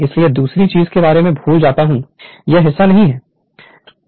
इसलिए दूसरी चीज़ के बारे में भूल जाता हूं यह हिस्सा नहीं है